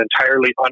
entirely